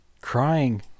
crying